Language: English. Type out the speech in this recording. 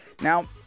Now